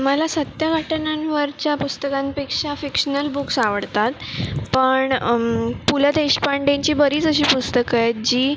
मला सत्य घटनांवरच्या पुस्तकांपेक्षा फिक्शनल बुक्स आवडतात पण पुलं देशपांडेंची बरीच अशी पुस्तकं आहेत जी